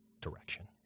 direction